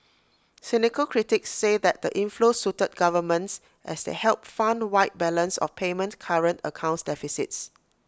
cynical critics say that the inflows suited governments as they helped fund wide balance of payment current accounts deficits